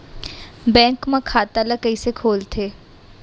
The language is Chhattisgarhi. बैंक म खाता ल कइसे खोलथे?